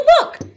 look